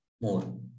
more